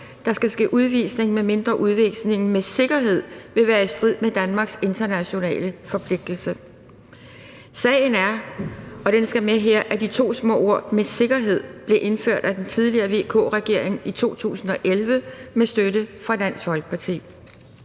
der skal ske udvisning, medmindre udvisningen med sikkerhed vil være i strid med Danmarks internationale forpligtelser. Sagen er, og det skal med her, at de to små ord »med sikkerhed« blev indført af den tidligere VK-regering i 2011 med støtte fra Dansk Folkeparti.